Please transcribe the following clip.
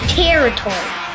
territory